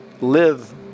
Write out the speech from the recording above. live